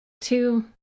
Two